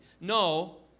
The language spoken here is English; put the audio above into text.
No